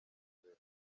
rebero